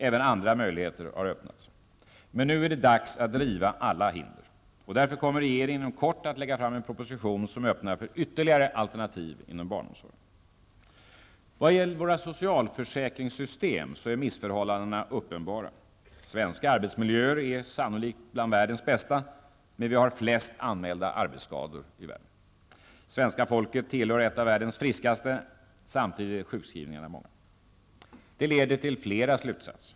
Även andra möjligheter har öppnats. Nu är det dags att riva alla hinder, och därför kommer regeringen inom kort att lägga fram en proposition som öppnar för ytterligare alternativ inom barnomsorgen. Vad gäller våra socialförsäkringssystem så är missförhållandena uppenbara. Svenska arbetsmiljöer är sannolikt bland världens bästa, men vi har flest anmälda arbetsskador i världen. Svenska folket tillhör ett av världens friskaste folk, samtidigt som sjukskrivningarna är många. Det leder till flera slutsatser.